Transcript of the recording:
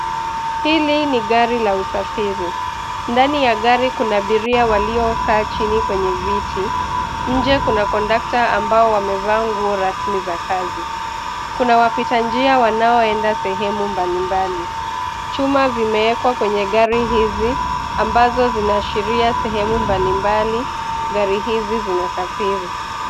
Hili ni gari la usafiri, ndani ya gari kuna abiria waliokaa chini kwenye viti. Nje kuna kondakta ambao wamevaa nguo rasmi za kazi. Kuna wapita njia wanaoenda sehemu mbalimbali. Chuma vimewekwa kwenye gari hizi; ambazo zinaashiria sehemu mbalimbali gari hizi zinasafiri.